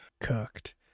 cooked